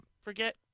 forget